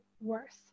worse